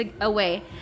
away